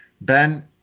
Ben